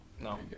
No